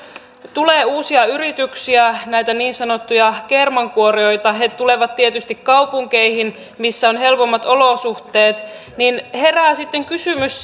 tulee uusia yrityksiä näitä niin sanottuja kermankuorijoita he tulevat tietysti kaupunkeihin missä on helpommat olosuhteet niin herää sitten kysymys